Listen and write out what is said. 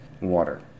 water